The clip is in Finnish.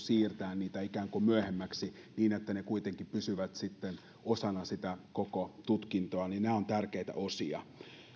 siirtää yksittäisiä kokeita ikään kuin myöhemmäksi niin että ne kuitenkin pysyvät osana sitä koko tutkintoa nämä ovat tärkeitä osia